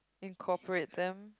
incorporate them